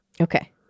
Okay